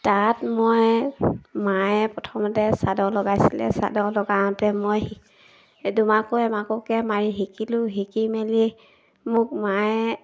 তাত মই মায়ে প্ৰথমতে চাদৰ লগাইছিলে চাদৰ লগাওঁতে মই দুমাকো এমাকোকৈ মাৰি শিকিলোঁ শিকি মেলি মোক মায়ে